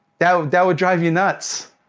that would that would drive you nuts!